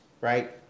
right